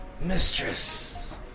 Mistress